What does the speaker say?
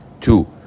Two